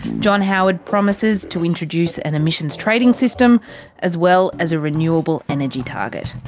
john howard promises to introduce an emissions trading system as well as a renewable energy target.